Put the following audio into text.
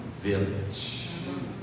village